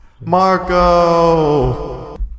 Marco